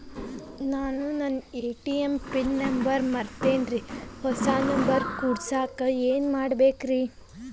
ನಾನು ನನ್ನ ATM pin number ಮರ್ತೇನ್ರಿ, ಹೊಸಾ ನಂಬರ್ ಕುಡಸಾಕ್ ಏನ್ ಮಾಡ್ಬೇಕ್ರಿ?